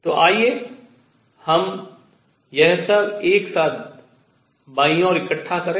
तो आइए हम यह सब एक साथ बाईं ओर इकट्ठा करें